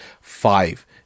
five